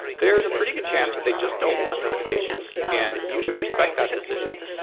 there is a pretty good chance that they just don't want notifications, and you should respect that decision.